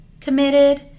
committed